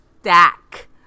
stack